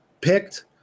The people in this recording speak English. picked